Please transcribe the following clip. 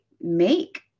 make